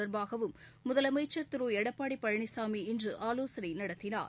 தொடர்பாகவும் முதலமைச்சர் திரு எடப்பாடி இன்று ஆலோசனை நடத்தினார்